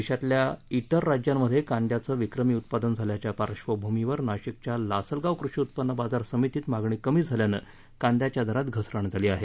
देशातल्या त्विर राज्यांमध्ये कांद्याचं विक्रमी उत्पादन झाल्याच्या पार्श्वभूमीवर नाशिकच्या लासलगाव कृषी उत्पन्न बाजार समितीत मागणी कमी झाल्यानं कांद्याच्या दारात घसरण झाली आहे